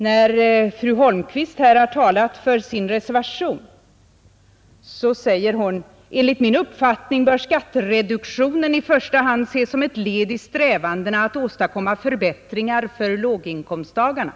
När fru Holmqvist här talade för sin reservation sade hon: Enligt min uppfattning bör skattereduktionen i första hand ses som ett led i strävandena att åstadkomma förbättringar för låginkomsttagarna.